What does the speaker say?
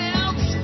else